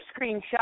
screenshot